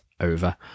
over